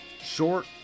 short